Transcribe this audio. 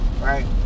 right